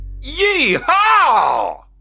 Yeehaw